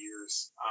years